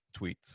tweets